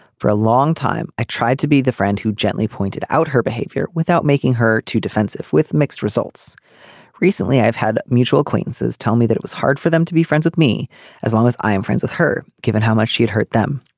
for a long time i tried to be the friend who gently pointed out her behavior without making her too defensive. with mixed results recently i've had mutual acquaintances tell me that it was hard for them to be friends with me as long as i am friends with her given how much she had hurt them.